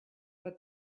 but